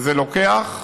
וזה לוקח,